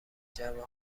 جمع